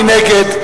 מי נגד.